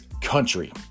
Country